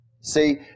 See